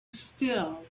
still